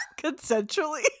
consensually